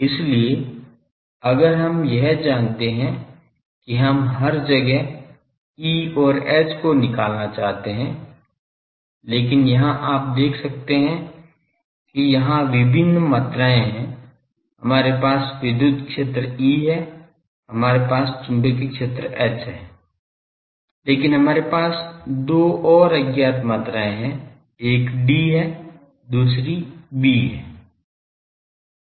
इसलिए अगर हम यह जानते हैं कि हम हर जगह E और H को निकालना चाहते हैं लेकिन यहां आप देख सकते हैं कि यहां विभिन्न मात्राएं हैं हमारे पास विद्युत क्षेत्र E है हमारे पास चुंबकीय क्षेत्र H है लेकिन हमारे पास दो और अज्ञात मात्राएं हैं एक D है दूसरी B है